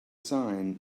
sign